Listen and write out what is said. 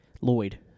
Lloyd